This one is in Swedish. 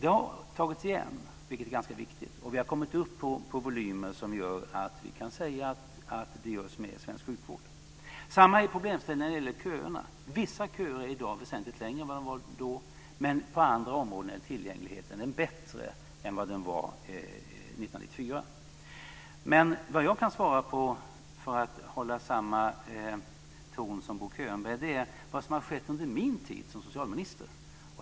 Det har tagits igen, vilket är ganska viktigt, och vi har kommit upp till volymer som gör att vi kan säga att det görs mer i svensk sjukvård. Det är samma problemställning när det gäller köerna. Vissa köer är i dag väsentligt längre än vad de var då. Men på andra områden är tillgängligheten bättre än vad den var Men vad jag kan svara på, för att hålla samma ton som Bo Könberg, är vad som har skett under min tid som socialminister.